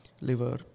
liver